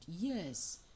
Yes